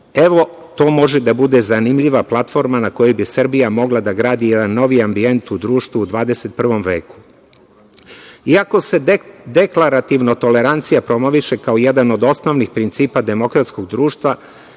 to može da bude zanimljiva platforma na kojoj bi Srbija mogla da gradi jedan novi ambijent u društvu u 21. veku. Iako se deklarativno tolerancija promoviše kao jedan od osnovnih principa demokratskog društva,